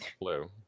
Blue